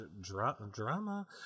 drama